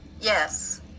Yes